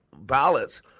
ballots